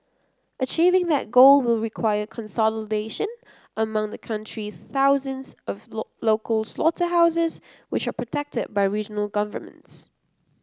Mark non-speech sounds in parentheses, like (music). achieving that goal will require consolidation among the country's thousands of (unintelligible) local slaughterhouses which are protected by regional governments